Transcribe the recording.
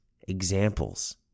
examples